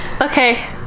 Okay